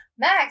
Max